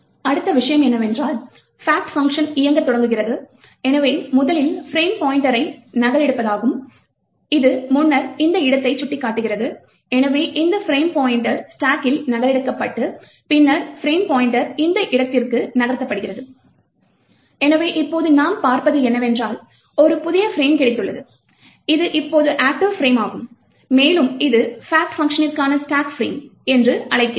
அடுத்த விஷயம் என்னவென்றால் fact பங்ஷன் இயக்கத் தொடங்குகிறது எனவே முதலில் ஃபிரேம் பாய்ண்ட்டரை நகலெடுப்பதாகும் இது முன்னர் இந்த இடத்தை சுட்டிக்காட்டுகிறது எனவே இந்த ஃபிரேம் பாய்ண்ட்டர் ஸ்டேக்கில் நகலெடுக்கப்பட்டு பின்னர் ஃபிரேம் பாய்ண்ட்டர் இந்த இருப்பிடத்திற்கு நகர்த்தப்பட்டது எனவே இப்போது நாம் பார்த்தது என்னவென்றால் ஒரு புதிய ஃபிரேம் கிடைத்துள்ளது இது இப்போது ஆக்ட்டிவ் ஃபிரேம் மாகும் மேலும் இது fact பங்க்ஷனிற்கான ஸ்டேக் ஃபிரேம் என்று அழைக்கிறோம்